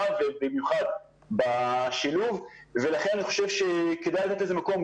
במיוחד בשילוב ולכן אני חושב שכדאי לתת לזה מקום,